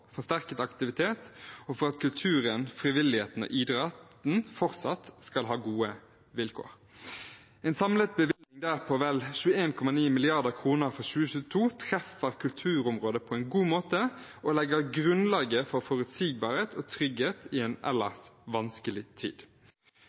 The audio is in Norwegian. forsterket aktivitet og for at kulturen, frivilligheten og idretten fortsatt skal ha gode vilkår. En samlet bevilgning på vel 21,9 mrd. kr for 2022 treffer kulturområdet på en god måte og legger grunnlaget for forutsigbarhet og trygghet i en